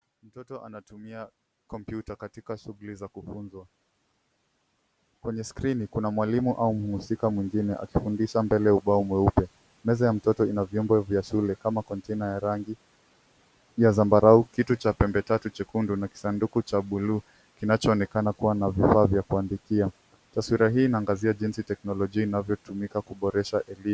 Mtoto anatumia komputa katika shughuli za kufunzwa. Kwenye skrini kuna mwalimu au muhusika mwingine akifundisha mbele ya ubao mweupe. Meza ya mtoto ina vyombo vya shule kama kontena ya rangi ya zambarau, kitu cha pembe tatu chekundu na kisanduku cha bluu kinachoonekana kuwa na vifaa vya kuandikia. Taswira hii inaangazia jinsi teknolojia inavyotumika kuboresha elimu.